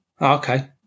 Okay